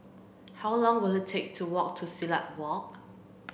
how long will it take to walk to Silat Walk